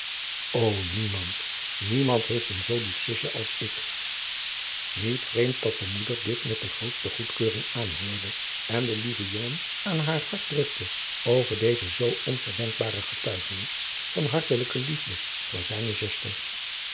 ô niemand niemand heeft een zoo lief zusje als ik niet vreemd dat de moeder dit met de grootste goedkeuring aanhoorde en den lieven jongen aan haar hart drukte over deze zoo onverdenkbare getuigenis van hartelijke liefde voor zijne zuster